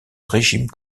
régime